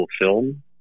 film